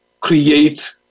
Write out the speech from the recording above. create